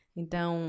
então